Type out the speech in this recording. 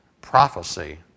prophecy